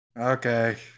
Okay